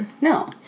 No